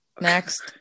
Next